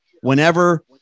whenever